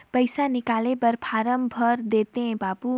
पइसा निकाले बर फारम भर देते बाबु?